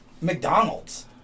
McDonald's